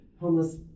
homeless